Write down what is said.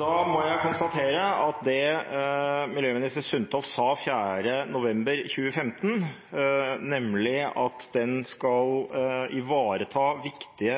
Da må jeg konstatere at det tidligere klima- og miljøminister Tine Sundtoft sa 4. november 2015, nemlig at en skal ivareta viktige